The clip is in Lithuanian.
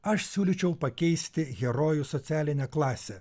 aš siūlyčiau pakeisti herojų socialinę klasę